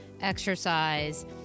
exercise